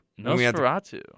Nosferatu